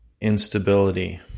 instability